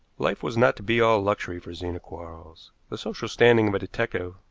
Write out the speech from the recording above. life was not to be all luxury for zena quarles. the social standing of a detective,